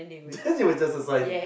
then they will just assign